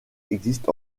existe